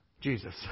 Jesus